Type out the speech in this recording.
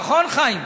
נכון, חיים?